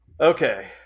okay